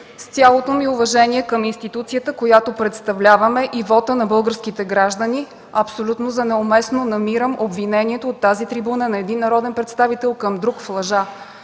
С цялото ми уважение към институцията, която представляваме и вота на българските граждани, абсолютно за неуместно намирам обвинението от тази трибуна на един народен представител към друг в лъжа.